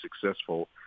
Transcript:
successful